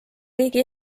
riigi